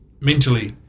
mentally